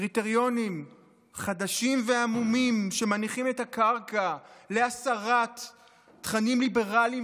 קריטריונים חדשים ועמומים שמניחים את הקרקע להסרת תכנים ליברליים